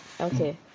okay